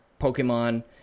Pokemon